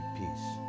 peace